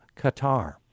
Qatar